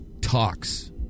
talks